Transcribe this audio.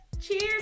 cheers